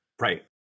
Right